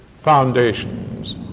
foundations